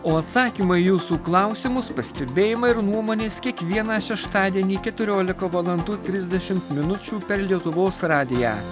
o atsakymai į jūsų klausimus pastebėjimai ir nuomonės kiekvieną šeštadienį keturiolika valandų trisdešimt minučių per lietuvos radiją